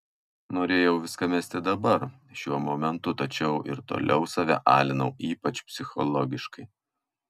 norėjau viską mesti dabar šiuo momentu tačiau ir toliau save alinau ypač psichologiškai